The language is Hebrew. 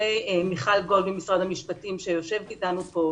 עם מיכל גולד ממשרד המשפטים שיושבת אתנו כאן